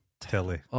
telly